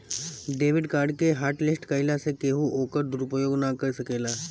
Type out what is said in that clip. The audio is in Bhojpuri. डेबिट कार्ड के हॉटलिस्ट कईला से केहू ओकर दुरूपयोग ना कर सकेला